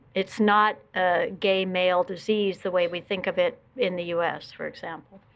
it's not a gay male disease the way we think of it in the us, for example.